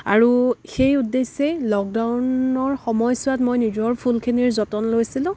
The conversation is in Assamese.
আৰু সেই উদ্দেশ্যেই লকডাউনৰ সময়ছোৱাত মই নিজৰ ফুলখিনিৰ যতন লৈছিলোঁ